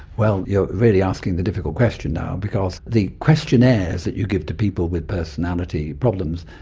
well, you're really asking the difficult question now because the questionnaires that you give to people with personality problems,